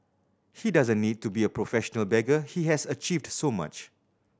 he doesn't need to be a professional beggar he has achieved so much